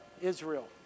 Israel